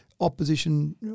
opposition